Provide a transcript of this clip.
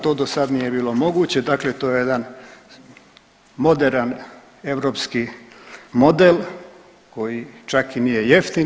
To dosada nije bilo moguće, dakle to je jedan moderan europski model koji čak i nije jeftin.